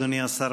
אדוני השר,